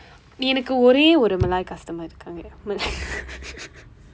நீ எனக்கு ஒரே ஒரு மலாய்:nii enakku oree oru malaai customer இருக்காங்க மலாய்:irukkaangka malaai